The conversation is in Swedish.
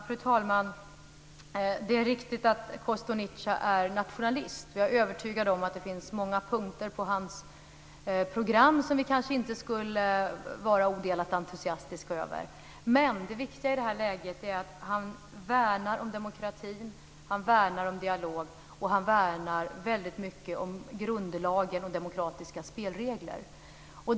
Fru talman! Det är riktigt att Kostunica är nationalist. Jag är övertygad om att det finns många punkter på hans program som vi kanske inte skulle vara odelat entusiastiska över. Men det viktiga i det här läget är att han värnar om demokratin, värnar om dialog och värnar väldigt mycket om grundlagen och demokratiska spelregler.